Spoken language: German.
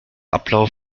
ablauf